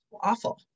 awful